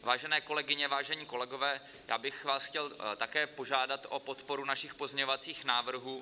Vážené kolegyně, vážení kolegové, chtěl bych vás také požádat o podporu našich pozměňovacích návrhů.